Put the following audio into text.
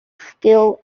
still